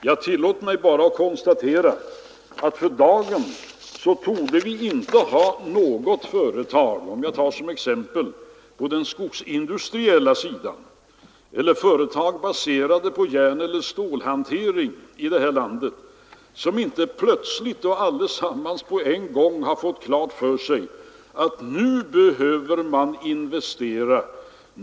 Jag tillåter mig bara att konstatera att för dagen torde det inte här i landet, för att ta ett exempel, finnas några företag på den skogsindustriella sidan eller några företag baserade på järneller stålhantering som inte plötsligt — och allesammans på en gång — har fått klart för sig att nu behöver man investera.